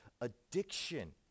addiction